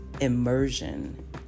immersion